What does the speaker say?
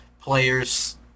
players